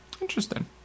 Interesting